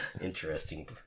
interesting